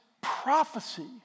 prophecy